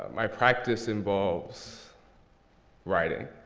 my practice involves writing,